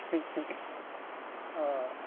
आऽ